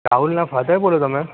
રાહુલના father બોલો તમે